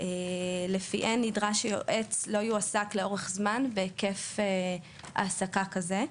לפיהן נדרש שיועץ לא יועסק לאורך זמן בהיקף העסקה כזה.